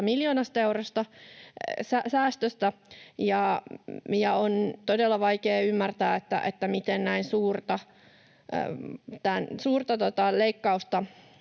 miljoonan euron säästöstä. Ja on todella vaikea ymmärtää, miten näin suurta leikkausta